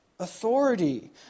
authority